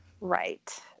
Right